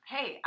Hey